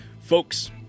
Folks